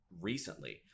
recently